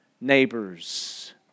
neighbors